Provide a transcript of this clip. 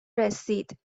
رسید